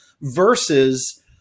versus